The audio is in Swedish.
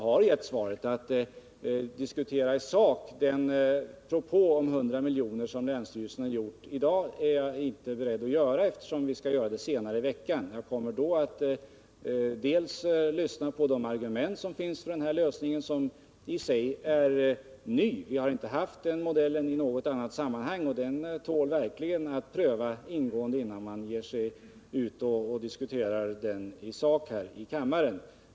När det först gäller den propå om 100 miljoner som länsstyrelsen har gjort har jag redan svarat på frågan. Jag är i dag inte beredd att diskutera den i sak eftersom vi skall göra det senare denna vecka. Jag kommer då att lyssna på de argument som finns beträffande den här lösningen, som i och för sig är ny — vi har inte haft någon sådan modell i något annat sammanhang, och den tål verkligen att prövas ingående innan man ger sig ut och diskuterar den i sak här i kammaren.